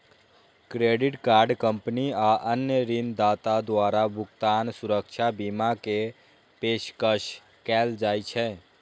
credit card company आ अन्य ऋणदाता द्वारा भुगतान सुरक्षा बीमा के पेशकश कैल जाइ छै